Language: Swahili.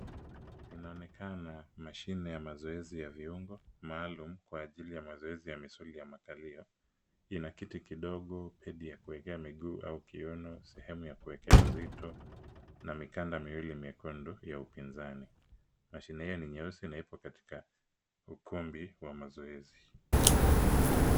Inaonekana mashine ya mazoezi ya viungo maalum kwa ajili ya mazoezi ya misuli ya makalio. Ina kiti kidogo, pedi ya kuekea miguu au kiuno, sehemu ya kuekea uzito na mikanda miwili myekundu ya upinzani. Mashine hio ni nyeusi na ipo katika ukumbi wa mazoezi.